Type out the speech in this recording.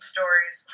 Stories